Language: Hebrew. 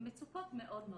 מצוקות מאוד קשות.